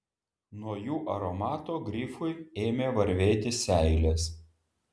nuo jų aromato grifui ėmė varvėti seilės